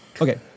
Okay